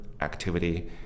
activity